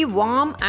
warm